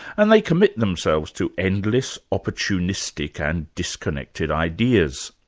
and they commit themselves to endless opportunistic and disconnected ideas.